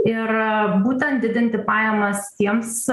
ir būtent didinti pajamas tiems